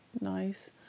nice